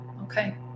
Okay